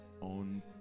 on